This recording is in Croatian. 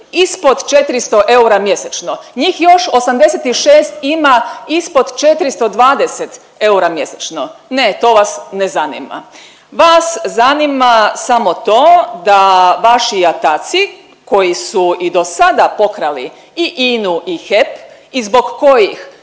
ispod 400 eura mjesečno, njih još 86 ima ispod 420 eura mjesečno, ne, to vas ne zanima. Vas zanima samo to da vaši jataci koji su i do sada pokrali i INA-u i HEP i zbog kojih